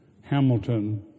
Hamilton